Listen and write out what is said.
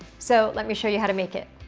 so let me show you how to make it.